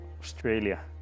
Australia